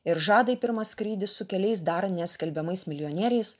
ir žada į pirmą skrydį su keliais dar neskelbiamais milijonieriais